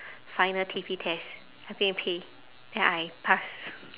final T_P test I go and pay then I pass